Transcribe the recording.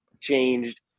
changed